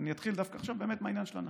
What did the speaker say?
אני אתחיל דווקא באמת מהעניין של הנשים.